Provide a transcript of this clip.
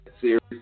series